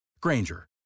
Granger